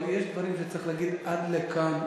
אבל יש דברים שצריך להגיד: עד כאן,